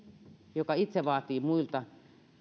joka itse vaatii muilta